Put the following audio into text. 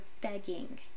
begging